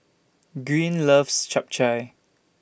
Green loves Chap Chai